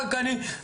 רק אני,